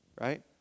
right